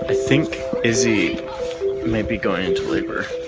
ah think izzy may be going into labor.